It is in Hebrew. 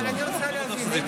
אבל אני רוצה להבין,